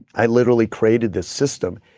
i literally created this system.